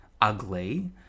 ugly